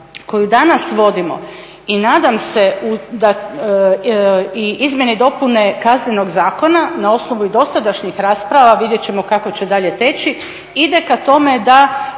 koju danas vodimo i nadam se i Izmjene i dopune Kaznenog zakona na osnovu i dosadašnjih rasprava a vidjeti ćemo kako će dalje teći ide ka tome da